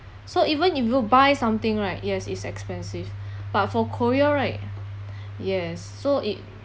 so even if you buy something right yes it's expensive but for korea right yes so it